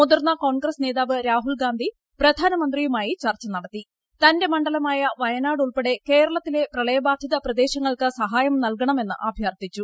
മുതിർന്ന കോൺഗ്രസ് നേതാവ് രാഹുൽഗാന്ധി പ്രധാനമന്ത്രിയുമായി ചർച്ച നടത്തി തന്റെ മണ്ഡലമായ വയനാട് ഉൾപ്പെടെ കേരളത്തിലെ പ്രളയ ബാധിത പ്രദേശങ്ങൾക്ക് സഹായം ് നൽകണമെന്ന് അഭ്യർത്ഥിച്ചു